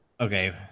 Okay